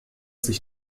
sich